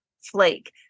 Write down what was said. flake